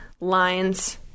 lines